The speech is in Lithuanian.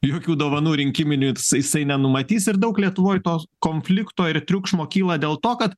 jokių dovanų rinkiminių jisai nenumatys ir daug lietuvoj to konflikto ir triukšmo kyla dėl to kad